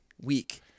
week